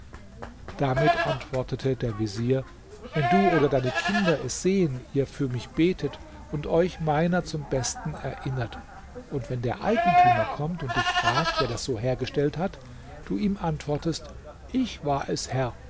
damit antwortete der vezier wenn du oder deine kinder es sehen ihr für mich betet und euch meiner zum besten erinnert und wenn der eigentümer kommt und dich fragt wer das so hergestellt hat du ihm antwortest ich war es herr